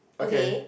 okay